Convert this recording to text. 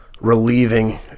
relieving